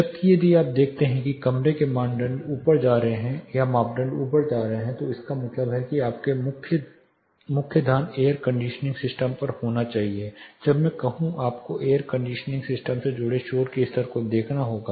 जबकि यदि आप देखते हैं कि कमरे के मापदंड ऊपर जा रहे हैं तो इसका मतलब है कि आपका मुख्य ध्यान एयर कंडीशनिंग सिस्टम पर होना चाहिए जब मैं कहूं तो आपको एयर कंडीशनिंग सिस्टम से जुड़े शोर के स्तर को देखना होगा